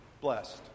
blessed